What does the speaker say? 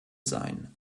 sein